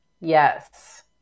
Yes